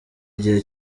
igihe